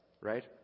right